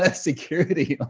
ah security.